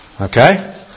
Okay